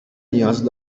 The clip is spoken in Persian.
نیاز